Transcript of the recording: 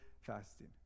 fasting